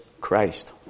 Christ